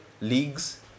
leagues